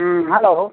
hello